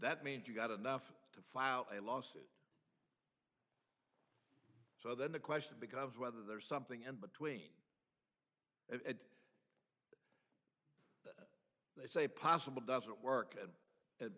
that means you've got enough to file a lawsuit so then the question becomes whether there's something in between it it's a possible doesn't work and it